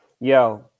Yo